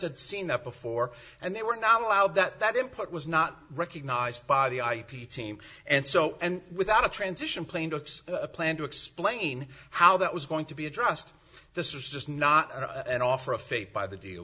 had seen that before and they were not allowed that input was not recognized by the ip team and so and without a transition plaintiffs a plan to explain how that was going to be addressed this was just not an offer of faith by the